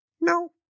No